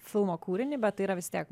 filmo kūrinį bet tai yra vis tiek